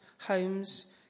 homes